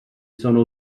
sono